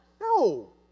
No